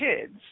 kids